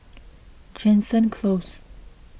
Jansen Close